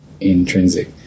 intrinsic